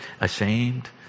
ashamed